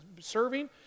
serving